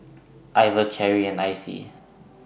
Iver Carri and Icey